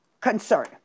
concern